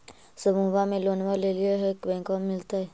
समुह मे लोनवा लेलिऐ है बैंकवा मिलतै?